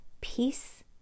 peace